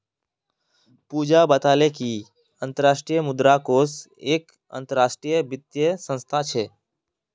पूजा बताले कि अंतर्राष्ट्रीय मुद्रा कोष एक अंतरराष्ट्रीय वित्तीय संस्थान छे